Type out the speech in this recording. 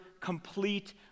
complete